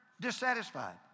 dissatisfied